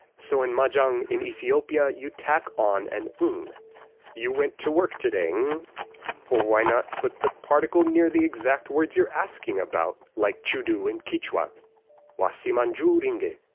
so in majang, in ethopia, you tack on an ng you went to work today-ng? or why not put the particle near the exact words you're asking about, like chu do in kichwa wasimanchu rinki,